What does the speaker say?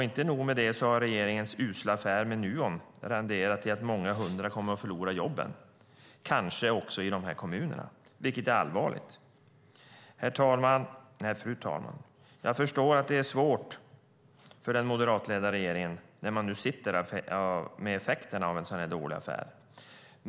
Inte nog med det har regeringens usla affär med Nuon renderat i att många hundra kommer att förlora jobben, kanske även i dessa kommuner, vilket är allvarligt. Fru talman! Jag förstår att det är svårt för den moderatledda regeringen när man nu sitter med effekterna av en sådan dålig affär.